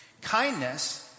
Kindness